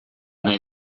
nahi